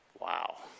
wow